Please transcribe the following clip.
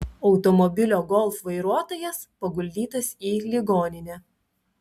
automobilio golf vairuotojas paguldytas į ligoninę